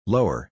Lower